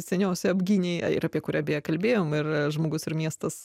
seniausiai apgynei ir apie kurią beje kalbėjom ir žmogus ir miestas